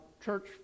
church